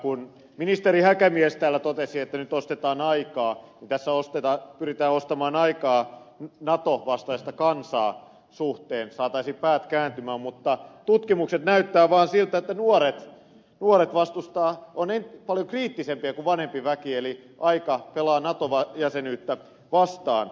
kun ministeri häkämies täällä totesi että nyt ostetaan aikaa niin tässä pyritään ostamaan aikaa nato vastaisen kansan suhteen että saataisiin päät kääntymään mutta tutkimukset näyttävät vaan siltä että nuoret ovat paljon kriittisempiä kuin vanhempi väki eli aika pelaa nato jäsenyyttä vastaan